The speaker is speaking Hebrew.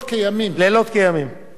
אוקיי, מקבל את התיקון.